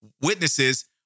witnesses